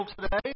today